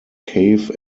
cave